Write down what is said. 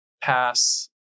pass